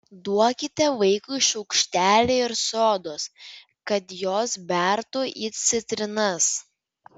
duokite vaikui šaukštelį ir sodos kad jos bertų į citrinas